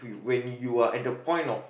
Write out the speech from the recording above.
when you are at the point of